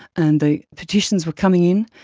and the petitions were coming in,